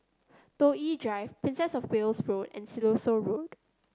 Toh Yi Drive Princess Of Wales Road and Siloso Road